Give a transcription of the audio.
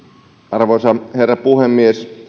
arvoisa herra puhemies